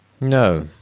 no